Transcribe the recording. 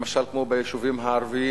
למשל כמו ביישובים הערביים,